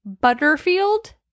Butterfield